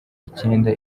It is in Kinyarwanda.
icyenda